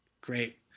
great